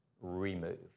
remove